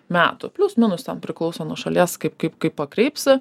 metų plius minus ten priklauso nuo šalies kaip kaip kaip pakreipsi